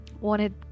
wanted